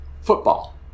football